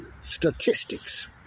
statistics